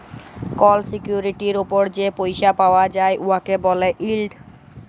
call সিকিউরিটির উপর যে পইসা পাউয়া যায় উয়াকে ব্যলে ইল্ড